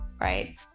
Right